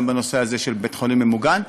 גם בנושא הזה של בית-חולים ממוגן.